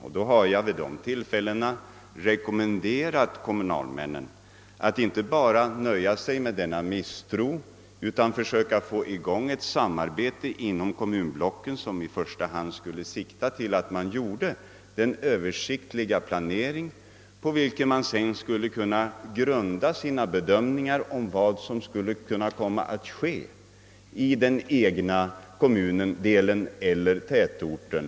Vid dessa tillfällen har jag rekommenderat kommunalmännen att inte bara stanna vid denna misstro utan också försöka få i gång ett samarbete inom kommunblocket med sikte på att åstadkomma en översiktlig planering, på vilken man sedan skulle kunna grunda sina bedömningar av vad som skulle komma att ske i den egna kommundelen eller tätorten.